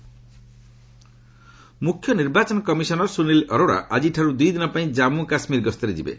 EC J and K ମୁଖ୍ୟ ନିର୍ବାଚନ କମିଶନର ସୁନୀଲ ଅରୋଡା ଆଜିଠାରୁ ଦୁଇ ଦିନ ପାଇଁ ଜାନ୍ମୁ କାଶ୍କୀର ଗସ୍ତରେ ଯିବେ